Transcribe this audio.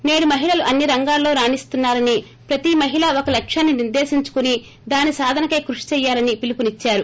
సేడు మహిళలు అన్ని రంగాలలో రాణిస్తున్నారని ప్రతి మహిళా ఒక లక్ష్యాన్ని నిర్దేశించుకోని దాని సాధనకై కృషి చేయాలనీ పిలుపునిచ్చారు